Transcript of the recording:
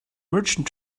merchant